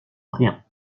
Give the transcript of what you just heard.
rien